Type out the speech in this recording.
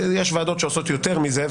יש ועדות שעושות יותר מזה,